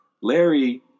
larry